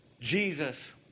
Jesus